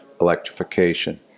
electrification